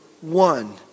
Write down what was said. one